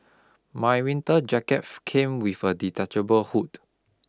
my winter jacket came with a detachable hood